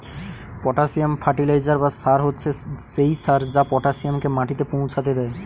potassium fertiliser বা সার হচ্ছে সেই সার যা পটাসিয়ামকে মাটিতে পৌঁছাতে দেয়